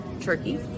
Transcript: turkey